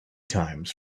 times